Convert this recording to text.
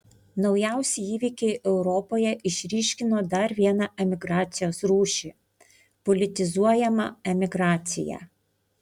naujausi įvykiai europoje išryškino dar vieną emigracijos rūšį politizuojamą emigraciją